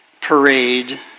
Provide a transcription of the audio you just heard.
parade